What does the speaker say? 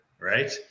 right